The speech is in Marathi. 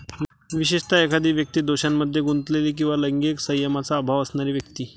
विशेषतः, एखादी व्यक्ती दोषांमध्ये गुंतलेली किंवा लैंगिक संयमाचा अभाव असणारी व्यक्ती